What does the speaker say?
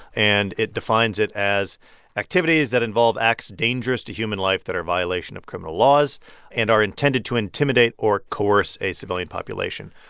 and it defines it as activities that involve acts dangerous to human life that are violation of criminal laws and are intended to intimidate or coerce a civilian population.